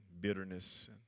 bitterness